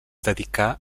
dedicà